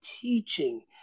teaching